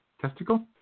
testicle